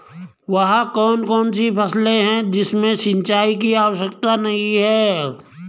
वह कौन कौन सी फसलें हैं जिनमें सिंचाई की आवश्यकता नहीं है?